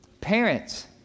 parents